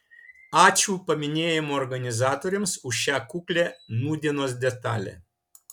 ačiū paminėjimo organizatoriams už šią kuklią nūdienos detalę